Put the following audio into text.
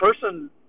person